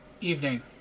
evening